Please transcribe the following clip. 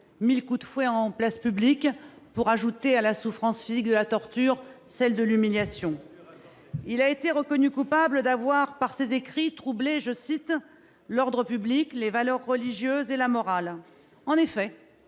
mille coups de fouet en place publique, pour ajouter à la souffrance physique de la torture, celle de l'humiliation. Il a été reconnu coupable d'avoir troublé par ses écrits « l'ordre public, les valeurs religieuses et la morale ». Cela